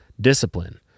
discipline